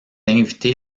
invité